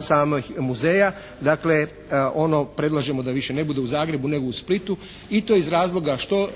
samih muzeja. Dakle, ono predlažemo da više ne bude u Zagrebu, nego u Splitu i to iz razloga što